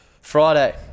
Friday